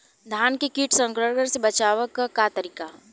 धान के कीट संक्रमण से बचावे क का तरीका ह?